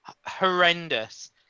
Horrendous